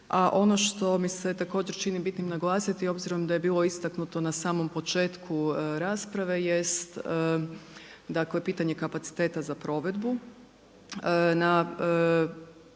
a ono što mi se također čini bitnim naglasiti obzirom da je bilo istaknuto na samom početku rasprave jest dakle pitanje kapaciteta za provedbu.